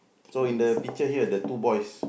so in the picture here the two boys